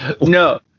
No